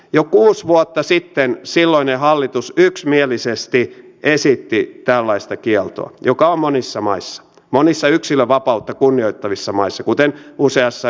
jo kuusi vuotta sitten silloinen hallitus yksimielisesti esitti tällaista kieltoa joka on monissa maissa monissa yksilönvapautta kunnioittavissa maissa kuten useassa yhdysvaltain osavaltiossa